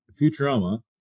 Futurama